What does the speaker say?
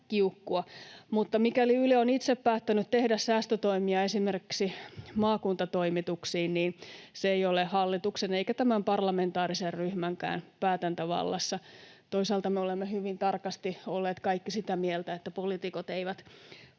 Mutta mikäli Yle on itse päättänyt tehdä säästötoimia esimerkiksi maakuntatoimituksiin, niin se ei ole hallituksen eikä tämän parlamentaarisen ryhmänkään päätäntävallassa. Toisaalta me olemme hyvin tarkasti olleet kaikki sitä mieltä, että poliitikot eivät